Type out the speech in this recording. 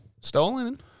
Stolen